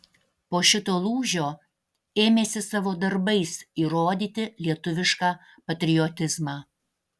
po šito lūžio ėmėsi savo darbais įrodyti lietuvišką patriotizmą